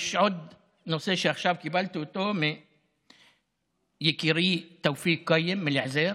יש עוד נושא שעכשיו קיבלתי אותו מיקירי תאופיק קיים מאל-עזיר,